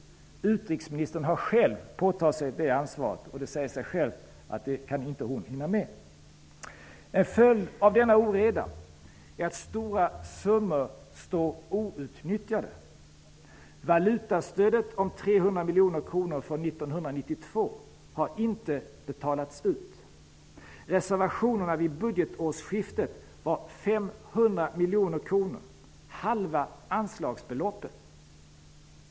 Utrikesministern har själv påtagit sig det ansvaret. Det säger sig självt att hon inte kan hinna med detta. En följd av denna oreda är att stora summor står outnyttjade. Valutastödet om 300 miljoner kronor från 1992 har inte betalats ut. Reservationerna vid budgetårsskiftet var 500 miljoner kronor, halva anslagsbeloppet.